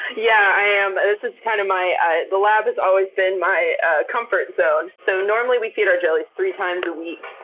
yeah, i am. this is kind of my, the lab has always been my comfort zone. so normally we feed our jellies three times a week.